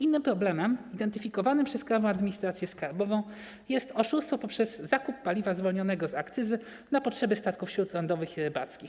Innym problemem identyfikowanym przez Krajową Administrację Skarbową jest oszustwo poprzez zakup paliwa zwolnionego z akcyzy na potrzeby statków śródlądowych i rybackich.